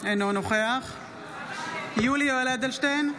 אינו נוכח יולי יואל אדלשטיין,